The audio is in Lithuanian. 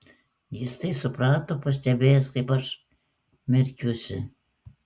jis tai suprato pastebėjęs kaip aš merkiuosi